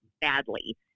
badly